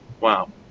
Wow